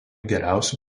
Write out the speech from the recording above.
geriausių